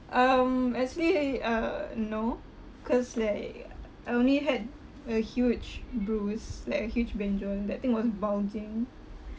um actually uh no cause like I only had a huge bruise like a huge benjol that thing was bulging